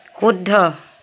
শুদ্ধ